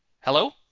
Hello